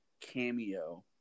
cameo